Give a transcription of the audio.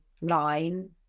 line